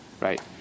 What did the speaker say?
Right